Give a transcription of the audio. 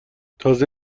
تازه